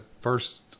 first